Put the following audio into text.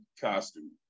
costume